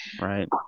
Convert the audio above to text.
Right